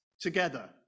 together